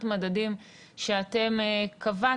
או לפחות מבחינת המדדים שאתם קבעתם,